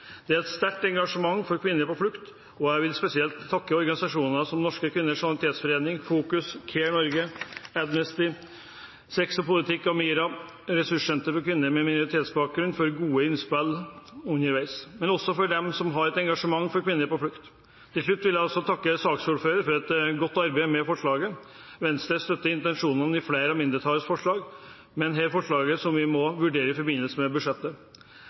Det er et sterkt engasjement for kvinner på flukt, og jeg vil spesielt takke organisasjoner som Norske Kvinners Sanitetsforening, Fokus, Care Norge, Amnesty, Sex og Politikk og MiRA, ressurssenter for kvinner med minoritetsbakgrunn, for gode innspill underveis, men også for at de har et engasjement for kvinner på flukt. Til slutt vil jeg takke saksordføreren for et godt arbeid med forslaget. Venstre støtter intensjonene i flere av mindretallets forslag, men dette er forslag som vi må vurdere i forbindelse med budsjettet.